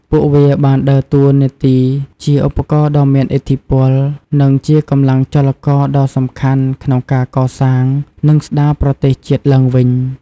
ពួកវាបានដើរតួនាទីជា ឧបករណ៍ដ៏មានឥទ្ធិពល និងជាកម្លាំងចលករដ៏សំខាន់ក្នុងការកសាង និងស្ដារប្រទេសជាតិឡើងវិញ។